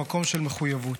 למקום של מחויבות,